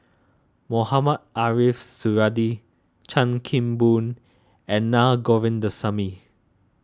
Mohamed Ariff Suradi Chan Kim Boon and Naa Govindasamy